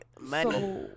Money